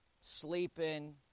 sleeping